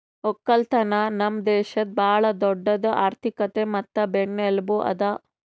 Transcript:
ಒಕ್ಕಲತನ ನಮ್ ದೇಶದ್ ಭಾಳ ದೊಡ್ಡುದ್ ಆರ್ಥಿಕತೆ ಮತ್ತ ಬೆನ್ನೆಲುಬು ಅದಾ